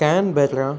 Canberra